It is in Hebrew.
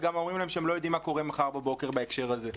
אומרים להם שהם לא יודעים מה קורה מחר בבוקר בהקשר הזה.